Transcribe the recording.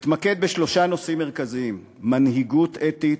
אתמקד בשלושה נושאים מרכזיים: מנהיגות אתית,